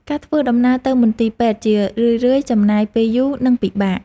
ការធ្វើដំណើរទៅមន្ទីរពេទ្យជារឿយៗចំណាយពេលយូរ និងពិបាក។